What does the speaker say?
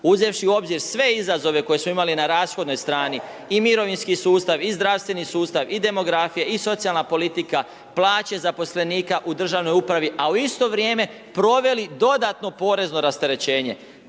uzevši u obzir sve izazove koje smo imali na rashodnoj strani i mirovinski sustav i zdravstveni sustav i demografija i socijalna politika, plaće zaposlenika u državnoj upravi, a u isto vrijeme, proveli dodatno porezno rasterećenje.